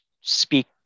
speak